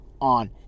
on